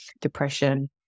depression